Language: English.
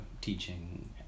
teaching